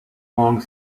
long